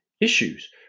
issues